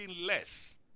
less